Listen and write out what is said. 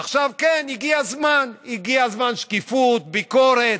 עכשיו, כן, הגיע הזמן לשקיפות: ביקורת,